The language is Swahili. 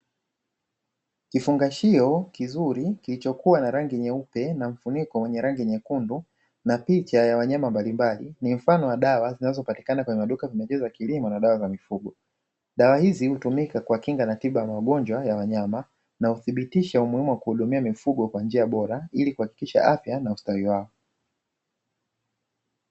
Kifungashio kizuli kilichokuwa na rangi nyeupe na mfuniko wenye rangi nyekundu na picha ya wanyama mbalimbali ni mfano wa dawa zinazopatikana kwenye maduka ya pembejeo za kilimo na dawa za mifugo. Dawa hizi utumika kuwakinga na tiba ya magonjwa ya wanyama na huthibitisha umuhimu wa kuhudumia mifugo kwa njia bora ilikuhakikisha afya na ustawi wao.